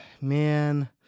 man